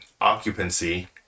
occupancy